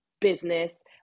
business